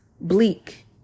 bleak